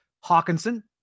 Hawkinson